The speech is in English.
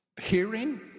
Hearing